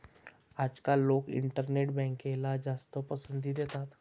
आजकाल लोक इंटरनेट बँकला जास्त पसंती देतात